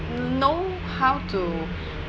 know how to